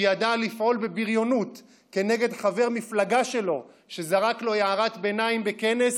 שידע לפעול בבריונות נגד חבר מפלגה שלו שזרק לו הערת ביניים בכנס,